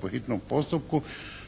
po hitnom postupku